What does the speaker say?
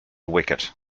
wicket